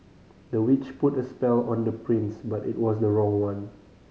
the witch put a spell on the prince but it was the wrong one